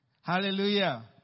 Hallelujah